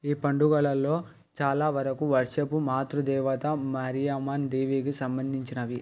ఈ పండుగలలో చాలా వరకు వర్షపు మాతృ దేవత మారియమ్మన్ దేవికి సంబంధించినవి